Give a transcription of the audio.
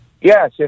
Yes